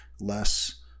less